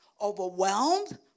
overwhelmed